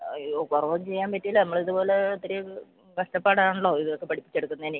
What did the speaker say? അയ്യോ കുറവൊന്നും ചെയ്യാൻ പറ്റുകയില്ല നമ്മളിത് പോലെ ഒത്തിരി ഇത് കഷ്ടപ്പാടാണല്ലോ ഇതൊക്കെ പഠിപ്പിച്ചെടുക്കുന്നതിന്